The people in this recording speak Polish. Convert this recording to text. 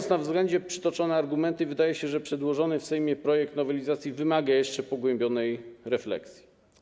Ze względu na przytoczone argumenty wydaje się, że przedłożony w Sejmie projekt nowelizacji wymaga jeszcze pogłębionej refleksji.